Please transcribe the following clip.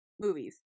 movies